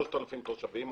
3,000 תושבים,